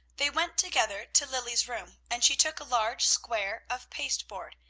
they went together to lilly's room and she took a large square of pasteboard,